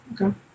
Okay